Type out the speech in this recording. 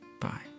Bye